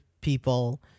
people